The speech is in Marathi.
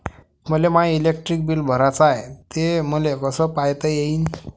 मले माय इलेक्ट्रिक बिल भराचं हाय, ते मले कस पायता येईन?